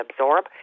absorb